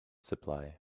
supply